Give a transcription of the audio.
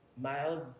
mild